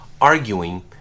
arguing